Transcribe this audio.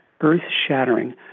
earth-shattering